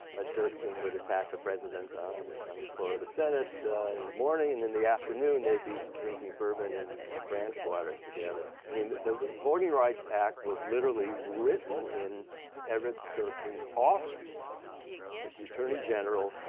ah dirksen would attack the president on and the floor of the senate in the morning. and in the afternoon, they'd be drinking bourbon and and branch water together. i mean the the voting rights act was literally written in everett dirksen's office with the attorney general,